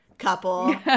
couple